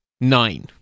Nine